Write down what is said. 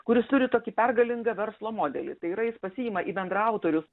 kuris turi tokį pergalingą verslo modelį tai yra jis pasiima į bendraautorius